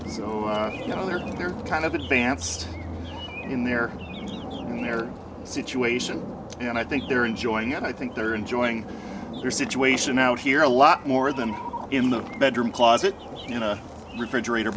they're they're kind of advanced in their in their situation and i think they're enjoying it i think they're enjoying their situation out here a lot more than in the bedroom closet in a refrigerator